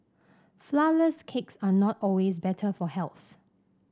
flourless cakes are not always better for health